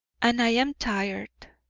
and i am tired.